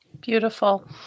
Beautiful